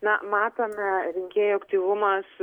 na matome rinkėjų aktyvumas